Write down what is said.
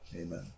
Amen